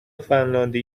فنلاندی